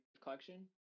Collection